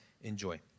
enjoy